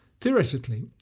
Theoretically